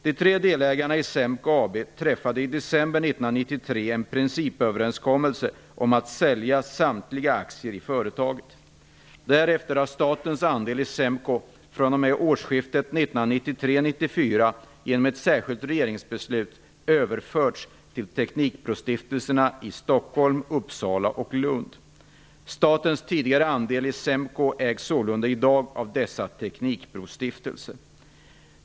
De tre länderna i SEMKO AB träffade i december 1993 en principöverenskommelse om att sälja samtliga aktier i företaget. Därefter har statens andel i SEMKO fr.o.m. årsskiftet 1993/94 Lund. Statens tidigare andel i SEMKO ägs sålunda i dag av dessa teknikbrostiftelser.